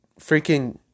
freaking